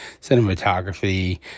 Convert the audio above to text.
cinematography